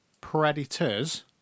Predators